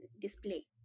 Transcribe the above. display